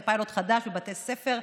זה פיילוט חדש בבתי ספר,